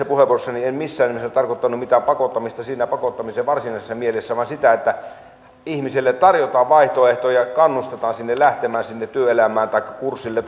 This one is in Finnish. puheenvuorossani en missään nimessä tarkoittanut mitään pakottamista pakottamisen varsinaisessa mielessä vaan sitä että ihmiselle tarjotaan vaihtoehtoja kannustetaan lähtemään työelämään tai kurssille